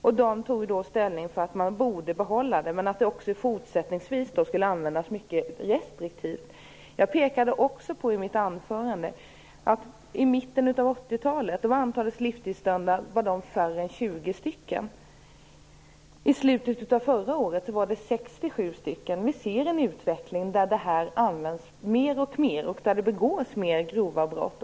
Man tog då ställning för att det borde behållas men att det också fortsättningsvis skulle användas mycket restriktivt. Jag pekade också i mitt inledningsanförande på att antalet livstidsdömda i mitten av 80-talet var mindre än 20 och att det i slutet av förra året var 67. Vi ser en utveckling där detta används mer och mer och där det begås mer grova brott.